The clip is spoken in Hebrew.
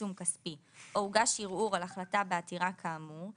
עיצום כפי או הוגש ערעור על החלטה בעתירה כאמור,